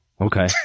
Okay